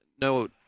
no